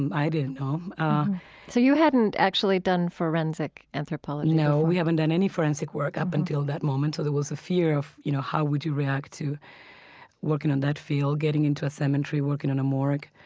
and i didn't know um so you hadn't actually done forensic anthropology before no. we hadn't done any forensic work up until that moment so there was a fear of you know how would you react to working in that field, getting into a cemetery, working in a morgue.